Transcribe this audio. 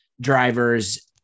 drivers